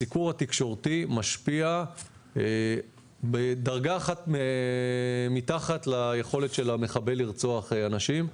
הסיקור התקשורתי משפיע בדרגה אחת מתחת ליכולת של המחבל לרצוח אנשים.